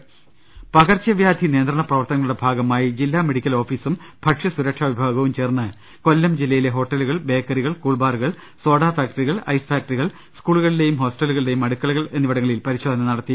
രുട്ട്ട്ട്ട്ട്ട്ട്ട പകർച്ചവ്യാധി നിയന്ത്രണ പ്രവർത്തനങ്ങളുടെ ഭാഗമായി ജില്ലാ മെഡി ക്കൽ ഓഫീസും ഭക്ഷ്യസുരക്ഷാ വിഭാഗവും ചേർന്ന് കൊല്ലം ജില്ലയിലെ ഹോട്ടലുകൾ ബേക്കറികൾ കൂൾ ബാറുകൾ സോഡാ ഫാക്ടറികൾ ഐ സ് ഫാക്ടറികൾ സ്കൂളുകളിലെയും ഹോസ്റ്റലുകളുടെയും അടുക്കളകൾ എന്നിവിടങ്ങളിൽ പരിശോധന നടത്തി